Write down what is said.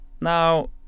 Now